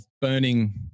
burning